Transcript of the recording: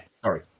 sorry